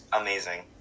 amazing